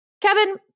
Kevin